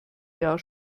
jahr